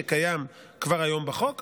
שקיים כבר היום בחוק,